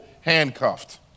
handcuffed